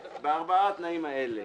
בארבעת התנאים האלה